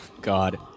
God